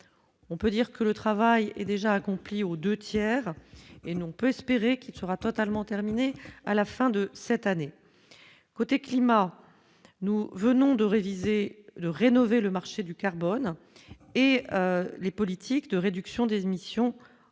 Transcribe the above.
on peut dire que le travail est déjà accomplie au 2 tiers et non peut espérer qu'il sera totalement terminé à la fin de cette année côté climat nous venons de réviser le rénover le marché du carbone et les politiques de réduction des émissions hors marché